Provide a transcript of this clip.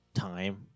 Time